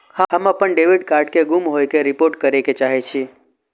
हम अपन debit card के गुम होय के रिपोर्ट करे के चाहि छी